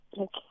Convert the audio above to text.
Okay